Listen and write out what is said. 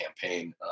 campaign